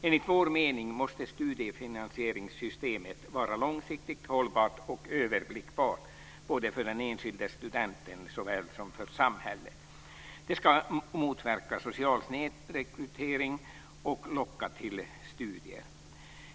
Enligt vår mening måste studiefinansieringssystemet vara långsiktigt hållbart och överblickbart både för den enskilde studenten och för samhället. Det ska motverka social snedrekrytering och locka till studier.